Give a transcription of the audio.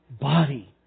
body